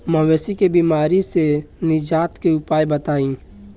मवेशी के बिमारी से निजात के उपाय बताई?